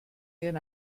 ihren